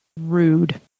Rude